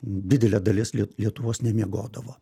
didelė dalis lie lietuvos nemiegodavo